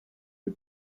you